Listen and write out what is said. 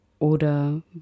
oder